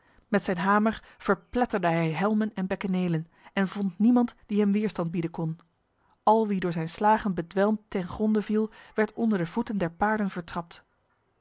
met zijn hamer verpletterde hij helmen en bekkenelen en vond niemand die hem weerstand bieden kon al wie door zijn slagen bedwelmd ten gronde viel werd onder de voeten der paarden